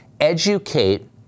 educate